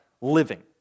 living